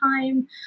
time